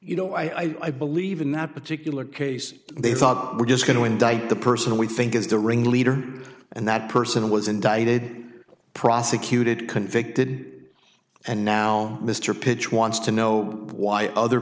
you know i believe in that particular case they thought we're just going to indict the person we think is the ringleader and that person was indicted prosecuted convicted and now mr pitch wants to know why other